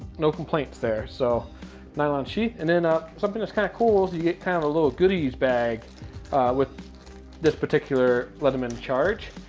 no complaints there. so nylon sheath, and then something that's kind of cool is you get kind of a little goodies bag with this particular leatherman charge.